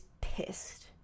pissed